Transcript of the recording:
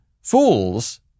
fools